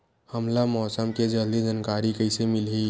हमला मौसम के जल्दी जानकारी कइसे मिलही?